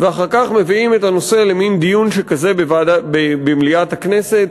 ואחר כך מביאים את הנושא למין דיון שכזה במליאת הכנסת,